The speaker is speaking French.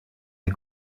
des